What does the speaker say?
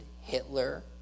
Hitler